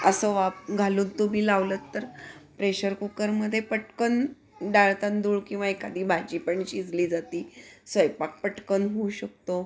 असं वाफ घालून तो मी लावलंत तर प्रेशर कुकरमध्ये पटकन डाळ तांदूळ किंवा एखादी भाजी पण शिजली जाती स्वयंपाक पटकन होऊ शकतो